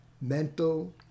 mental